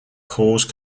cause